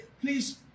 please